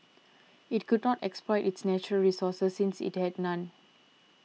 it could not exploit its natural resources since it had none